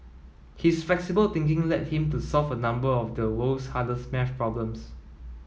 his flexible thinking led him to solve a number of the world's hardest maths problems